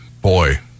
Boy